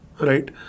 right